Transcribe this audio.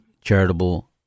charitable